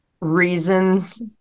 reasons